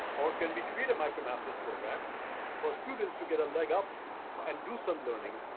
or can we create a micromasters program for students to get a leg up and do some learning,